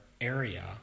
area